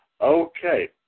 Okay